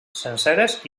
senceres